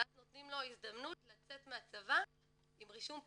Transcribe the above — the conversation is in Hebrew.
ואז נותנים לו הזדמנות לצאת מהצבא ללא רישום פלילי.